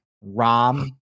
Rom